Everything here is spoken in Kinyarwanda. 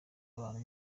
abantu